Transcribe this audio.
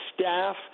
staff